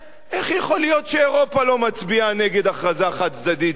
איך יכול להיות שאירופה לא מצביעה נגד הכרזה חד-צדדית באו"ם?